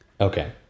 Okay